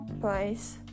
place